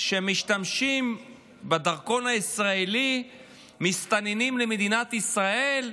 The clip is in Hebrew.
שמשתמשים בדרכון הישראלי מסתננים למדינת ישראל,